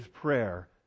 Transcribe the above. prayer